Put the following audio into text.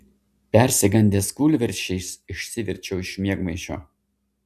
persigandęs kūlversčiais išsiverčiau iš miegmaišio